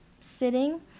sitting